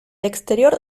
exterior